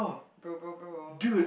bro bro bro